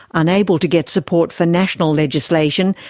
unable to get support for national legislation,